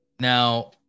Now